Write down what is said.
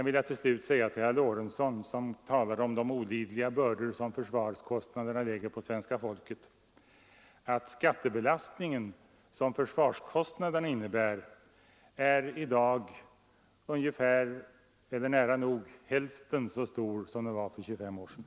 Till slut vill jag säga till herr Lorentzon, som talade om de olidliga bördor försvarskostnaderna lägger på svenska folket, att den skattebelastning som försvarskostnaderna innebär i dag är endast omkring hälften så stor som den var för ca 25 år sedan.